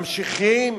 ממשיכים